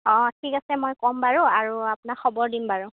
অঁ ঠিক আছে মই ক'ম বাৰু আৰু আপোনাক খবৰ দিম বাৰু